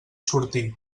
sortir